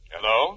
Hello